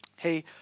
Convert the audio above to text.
Hey